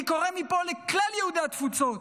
אני קורא מפה לכלל יהודי התפוצות,